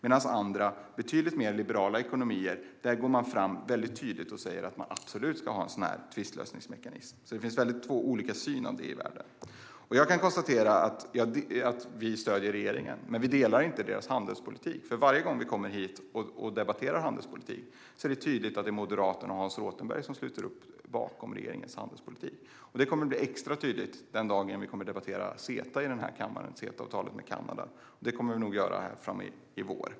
I andra, betydligt mer liberala ekonomier, går man tydligt fram och säger att man absolut ska ha en tvistlösningsmekanism. Det finns två olika synsätt i världen. Jag kan konstatera att vi stöder regeringen men inte deras handelspolitik. Varje gång vi kommer hit och debatterar handelspolitik är det tydligt att det är Moderaterna och Hans Rothenberg som sluter upp bakom regeringens handelspolitik. Detta kommer att bli extra tydligt den dagen vi ska debattera CETA-avtalet med Kanada här i kammaren. Det kommer vi nog att göra i vår.